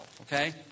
okay